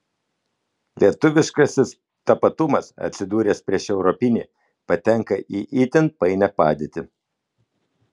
lietuviškasis tapatumas atsidūręs prieš europinį patenka į itin painią padėtį